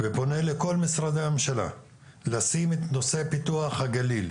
ופונה לכל משרדי הממשלה לשים את נושא פיתוח הגליל